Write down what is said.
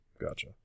Gotcha